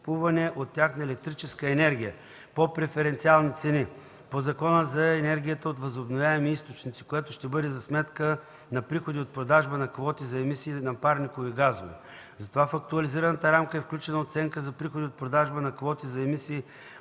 от тях на електрическа енергия по преференциални цени по Закона за енергията от възобновяеми източници, което ще бъде за сметка на приходи от продажба на квоти за емисии на парникови газове. Затова в актуализираната рамка е включена оценка за приходи от продажба на квоти за емисии